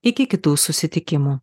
iki kitų susitikimų